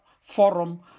forum